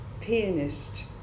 pianist